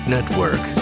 Network